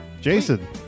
Jason